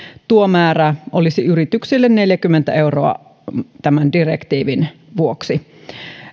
tuo määrä olisi yrityksille neljäkymmentä euroa tämän direktiivin vuoksi